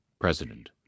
President